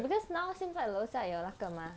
because now 现在楼下有那个 mah